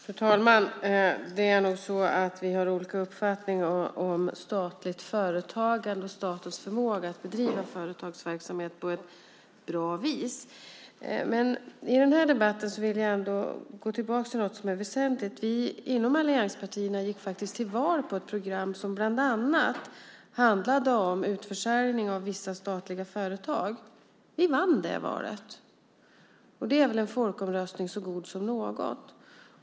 Fru talman! Vi har nog olika uppfattningar om statligt företagande och om statens förmåga att bedriva företagsverksamhet på ett bra vis. Jag vill ändå gå tillbaka till något som är väsentligt. Vi inom allianspartierna gick till val på ett program som bland annat handlade om utförsäljning av vissa statliga företag. Vi vann det valet, och det är väl en folkomröstning så god som något.